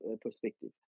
perspective